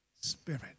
Spirit